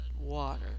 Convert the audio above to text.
water